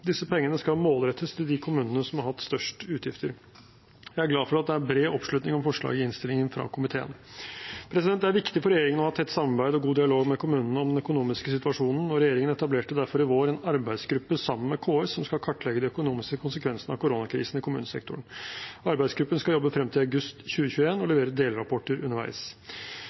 Disse pengene skal målrettes til de kommunene som har hatt størst utgifter. Jeg er glad for at det er bred oppslutning om forslaget i innstillingen fra komiteen. Det er viktig for regjeringen å ha tett samarbeid og god dialog med kommunene om den økonomiske situasjonen, og regjeringen etablerte sammen med KS derfor i vår en arbeidsgruppe som skal kartlegge de økonomiske konsekvensene av koronakrisen i kommunesektoren. Arbeidsgruppen skal jobbe frem til august 2021 og levere delrapporter underveis.